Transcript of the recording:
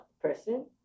person